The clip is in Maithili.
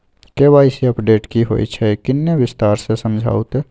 के.वाई.सी अपडेट की होय छै किन्ने विस्तार से समझाऊ ते?